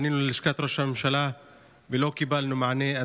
פנינו ללשכת ראש הממשלה ולא קיבלנו מענה.